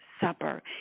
supper